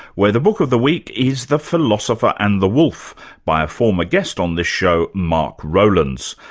where the book of the week is the philosopher and the wolf by a former guest on this show, mark rowlands.